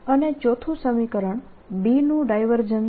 અને ચોથું સમીકરણ B નું ડાયવર્જન્સ